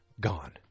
Gone